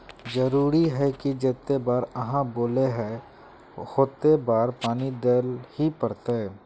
जरूरी है की जयते बार आहाँ बोले है होते बार पानी देल ही पड़ते?